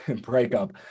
breakup